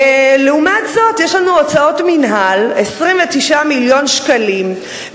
לעומת זאת יש לנו הוצאות מינהל 29 מיליון שקלים,